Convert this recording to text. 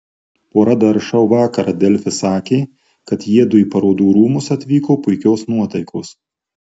pora dar šou vakarą delfi sakė kad jiedu į parodų rūmus atvyko puikios nuotaikos